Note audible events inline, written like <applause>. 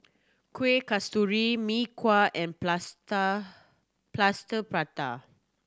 Kueh Kasturi Mee Kuah and <unintelligible> Plaster Prata